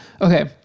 Okay